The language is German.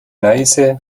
neiße